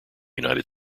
united